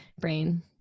brain